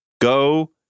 go